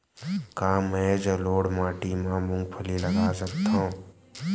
का मैं जलोढ़ माटी म मूंगफली उगा सकत हंव?